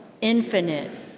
infinite